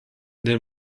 del